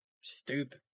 Stupid